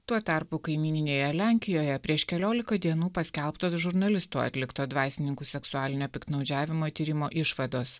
tuo tarpu kaimyninėje lenkijoje prieš keliolika dienų paskelbtos žurnalistų atlikto dvasininkų seksualinio piktnaudžiavimo tyrimo išvados